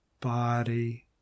body